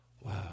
Wow